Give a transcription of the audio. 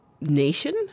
nation